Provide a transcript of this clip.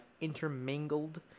intermingled